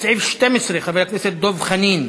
לסעיף 12, חבר הכנסת דב חנין.